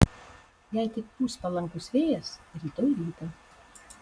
jei tik pūs palankus vėjas rytoj rytą